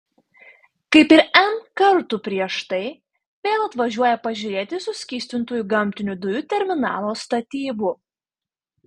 kaip ir n kartų prieš tai vėl atvažiuoja pažiūrėti suskystintųjų gamtinių dujų terminalo statybų